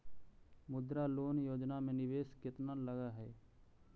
मुद्रा लोन योजना में निवेश केतना लग हइ?